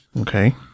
Okay